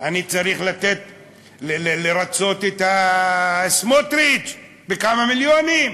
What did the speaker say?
אני צריך לרצות את סמוטריץ בכמה מיליונים.